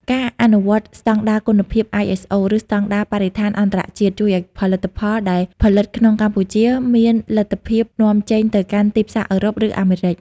ការអនុវត្តស្តង់ដារគុណភាព ISO ឬស្តង់ដារបរិស្ថានអន្តរជាតិ ជួយឱ្យផលិតផលដែលផលិតក្នុងកម្ពុជាមានលទ្ធភាពនាំចេញទៅកាន់ទីផ្សារអឺរ៉ុប ឬអាមេរិក។